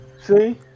see